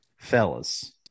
fellas